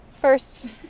first